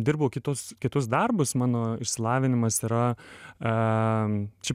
dirbau kitus kitus darbus mano išsilavinimas yra a čia